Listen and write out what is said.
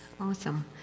Awesome